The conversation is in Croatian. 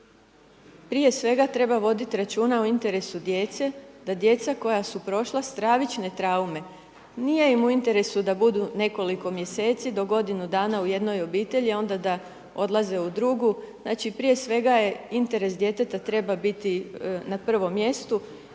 prije svega treba voditi računa o interesu djece, da djeca koja su prošla stravične traume, nije im u interesu da budu nekoliko mjeseci do godinu dana u jednom obitelji, a onda da odlaze u drugu, znači prije svega je interes djeteta treba biti na prvom mjestu